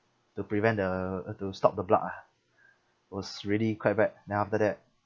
to prevent the uh to stop the blood lah it was really quite bad then after that